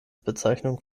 bezeichnung